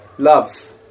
Love